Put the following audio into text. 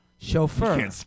Chauffeur